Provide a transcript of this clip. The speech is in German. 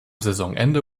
saisonende